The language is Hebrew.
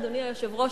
אדוני היושב-ראש,